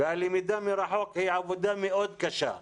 הלמידה מרחוק היא עבודה מאוד קשה.